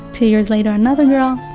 two years later another girl